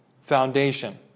foundation